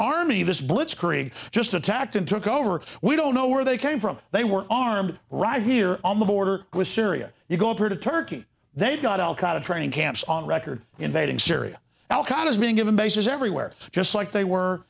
me this blitzkrieg just attacked and took over we don't know where they came from they were armed right here on the border with syria you go through turkey they've got al qaeda training camps on record invading syria alcott is being given bases everywhere just like they were